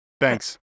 Thanks